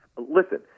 listen